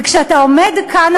וכשאתה עומד כאן,